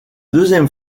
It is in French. deuxième